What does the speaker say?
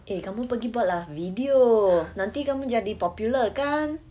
eh kamu pergi buat lah video nanti kamu jadi popular kan